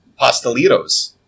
Pastelitos